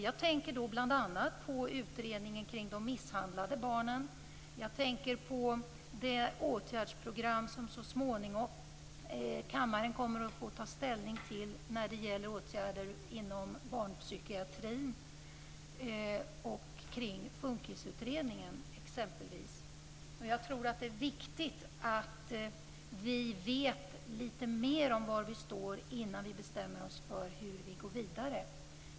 Jag tänker då bl.a. på utredningen kring de misshandlade barnen. Jag tänker på det åtgärdsprogram som kammaren så småningom kommer att få ta ställning till t.ex. när det gäller åtgärder inom barnpsykiatrin och kring FUNKIS-utredningen. Jag tror att det är viktigt att vi vet lite mer om var vi står innan vi bestämmer oss för hur vi går vidare.